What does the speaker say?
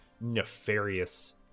nefarious